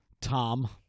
Tom